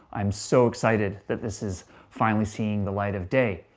i am so excited that this is finally seeing the light of day.